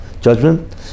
judgment